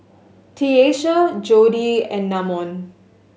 Tiesha Jodi and Namon